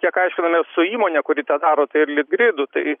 kiek aiškinomės su įmone kuri tą daro tai litgridu tai